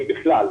אם בכלל.